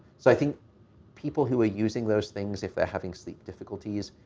so i think people who are using those things, if they're having sleep difficulties,